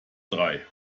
drei